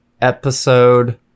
episode